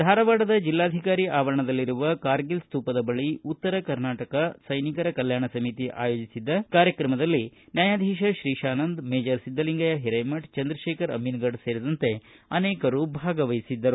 ಧಾರವಾಡದ ಜಿಲ್ಲಾಧಿಕಾರಿ ಆವರಣದಲ್ಲಿರುವ ಕಾರ್ಗಿಲ್ ಸ್ತೂಪದ ಬಳಿ ಉತ್ತರ ಕರ್ನಾಟಕ ಸೈನಿಕರ ಕಲ್ಕಾಣ ಸಮಿತಿ ಆಯೋಜಿಸಿದ್ದ ಕಾರ್ಯಕ್ರಮದಲ್ಲಿ ನ್ನಾಯಾಧೀತ ಶ್ರೀತಾನಂದ ಮೇಜರ್ ಸಿದ್ದಲಿಂಗಯ್ಯ ಹಿರೇಮಠ ಚಂದ್ರಶೇಖರ ಅಮಿನಗಡ ಸೇರಿದಂತೆ ಅನೇಕರು ಭಾಗವಹಿಸಿದ್ದರು